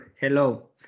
Hello